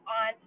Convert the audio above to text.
on